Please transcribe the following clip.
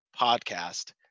Podcast